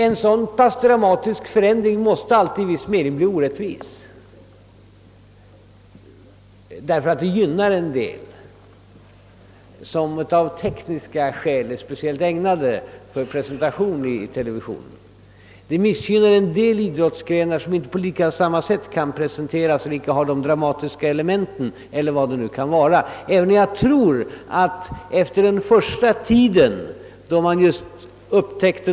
En så pass dramatisk förändring som införandet av television måste sålunda i viss mening få orättvisa verkningar, t.ex. genom att en del idrottsgrenar som av tekniska skäl är speciellt ägnade för presentation i TV gynnas, medan andra som icke har tillräckligt spännande moment missgynnas.